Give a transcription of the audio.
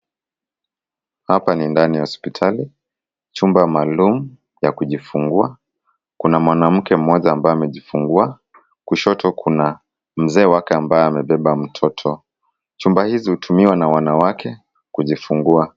Hapa ni ndani ya hospitali, chumba maalum ya kujifungua, Kuna mwanamke mmoja ambaye amejifungua. Kushoto kuna mzee wake ambaye amebeba mtoto. Chumba hizi hutumiwa na wanawake kujifungua.